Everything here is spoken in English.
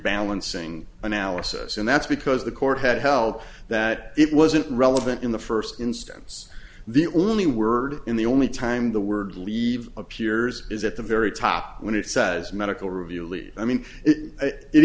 balancing analysis and that's because the court had held that it wasn't relevant in the first instance the only word in the only time the word leave appears is at the very top when it says medical review lead i mean it i